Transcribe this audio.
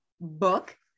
book